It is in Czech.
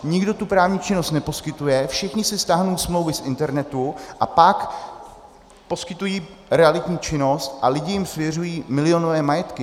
Nikdo tu právní činnost neposkytuje, všichni si stáhnou smlouvy z internetu a pak poskytují realitní činnost a lidi jim svěřují milionové majetky.